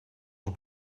het